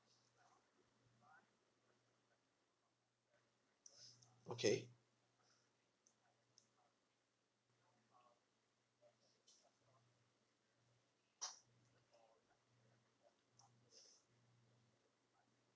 okay